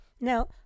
Now